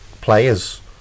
players